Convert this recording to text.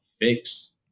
fix